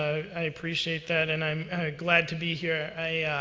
i appreciate that, and i'm glad to be here. i